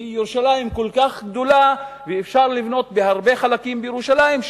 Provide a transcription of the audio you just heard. כי ירושלים כל כך גדולה ואפשר לבנות בהרבה חלקים בירושלים,